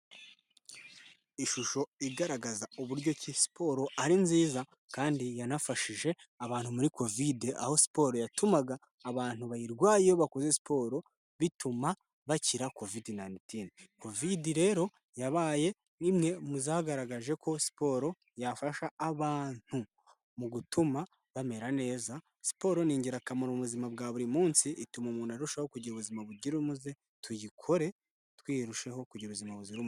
Ishusho igaragaza uburyo ki siporo ari nziza kandi yanafashije abantu muri Kovidi, aho siporo yatumaga abantu bayirwaye iyo bakoze siporo, bituma bakira Kovidi nayinitini. Kovidi rero yabaye bimwe mu zagaragaje ko siporo yafasha abantu, mu gutuma bamera neza, siporo ni ingirakamaro mu buzima bwa buri munsi, ituma umuntu arushaho kugira ubuzima buzira umuze. Tuyikore turushaho kugira ubuzima buzira umu...